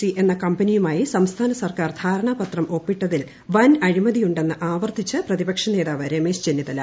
C എന്ന കമ്പനിയുമായി സംസ്ഥാന സർക്കാർ ധാരണാപത്രം ഒപ്പിട്ടതിൽ വൻ അഴിമതിയുണ്ടെന്ന് ആവർത്തിച്ച് പ്രതിപക്ഷ നേതാവ് രമേശ് ചെന്നിത്തല